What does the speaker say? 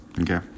Okay